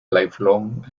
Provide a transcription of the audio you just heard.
lifelong